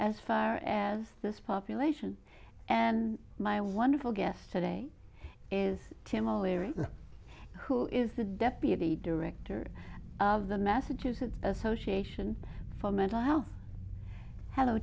as far as this population and my wonderful guest today is kamal area who is the deputy director of the massachusetts association for mental health hello